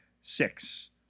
Six